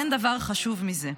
אין דבר חשוב מזה.